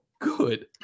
good